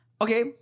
Okay